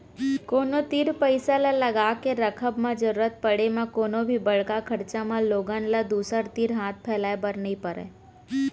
कोनो तीर पइसा ल लगाके रखब म जरुरत पड़े म कोनो भी बड़का खरचा म लोगन ल दूसर तीर हाथ फैलाए बर नइ परय